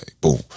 boom